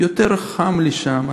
יותר חם לי שם,